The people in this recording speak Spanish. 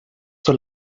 son